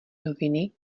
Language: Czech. noviny